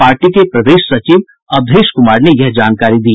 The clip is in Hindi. पार्टी के प्रदेश सचिव अवधेश कुमार ने यह जानकारी दी